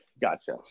gotcha